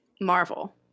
Marvel